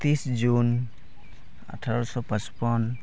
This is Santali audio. ᱛᱤᱥ ᱡᱩᱱ ᱟᱴᱷᱟᱨᱳᱥᱳ ᱯᱟᱸᱪᱯᱚᱱ